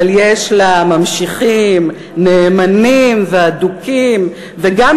אבל יש לה ממשיכים נאמנים ואדוקים וגם